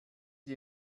die